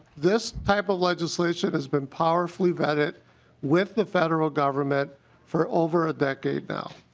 this type of legislation has been powerfully vetted with the federal government for over a decade now.